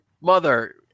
mother